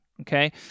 Okay